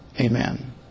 Amen